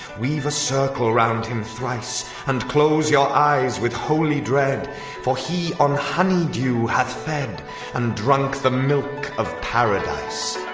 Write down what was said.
weave a circle round him thrice and close your eyes with holy dread for he on honey-dew hath fed and drunk the milk of paradise.